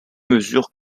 mesures